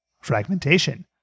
fragmentation